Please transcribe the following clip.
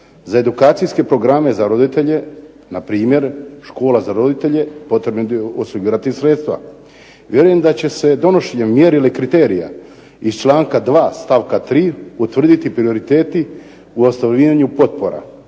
Za edukacijske programe za roditelje npr. škola za roditelje potrebno je osigurati sredstva. Vjerujem da će se donošenjem mjerila i kriterija iz članka 2. stavka 3. utvrditi prioriteti u ostvarivanju potpora.